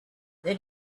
then